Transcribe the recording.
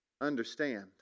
understand